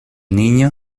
niño